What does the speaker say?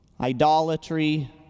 idolatry